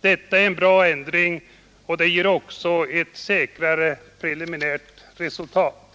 Detta är en bra ändring, som också ger ett säkrare preliminärt resultat.